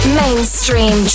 mainstream